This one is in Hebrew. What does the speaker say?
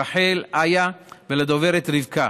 רחל ואיה ולדוברת רבקה.